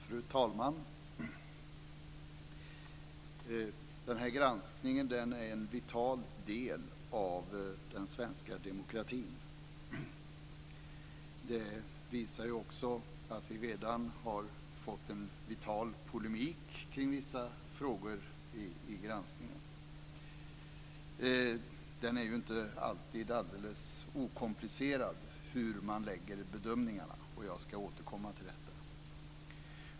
Fru talman! Den här granskningen är en vital del av den svenska demokratin. Det visar ju också att vi redan har fått en vital polemik kring vissa frågor i granskningen. Det är inte alltid helt okomplicerat hur man lägger bedömningarna. Jag återkommer senare till detta.